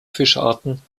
fischarten